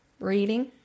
Reading